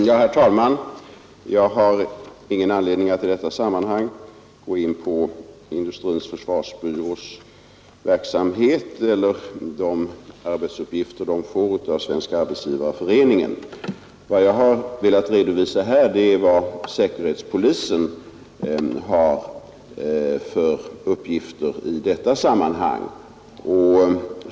Herr talman! Jag har ingen anledning att i detta sammanhang gå in på Industrins försvarsbyrås verksamhet eller de arbetsuppgifter den får av Svenska arbetsgivareföreningen. Vad jag har velat redovisa är vilka uppgifter säkerhetspolisen har i detta sammanhang.